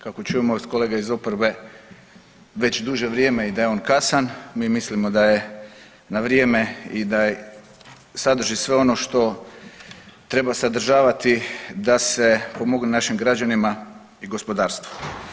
Kako čujemo od kolega iz oporbe, već duže vrijeme i da je on kasan, mi mislimo da je na vrijeme i da sadrži sve ono što treba sadržavati da se pomogne našim građanima i gospodarstvu.